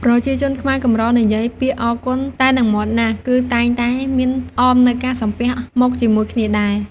ប្រជាជនខ្មែរកម្រនិយាយពាក្យអរគុណតែនឹងមាត់ណាស់ គឺតែងតែមានអមនូវការសំពះមកជាមួយគ្នាដែរ។